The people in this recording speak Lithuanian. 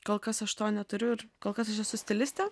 kol kas aš to neturiu ir kol kas aš esu stilistė